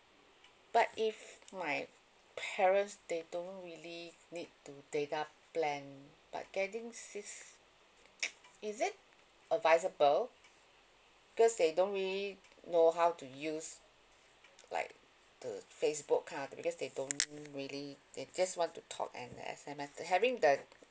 but if my parents they don't really need to data plan but getting this is it advisable because they don't really know how to use like the facebook kind a because they don't really they just want to talk and S_M_S having the